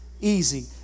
easy